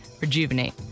rejuvenate